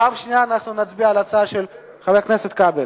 פעם שנייה אנחנו נצביע על ההצעה של חבר הכנסת כבל.